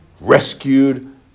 rescued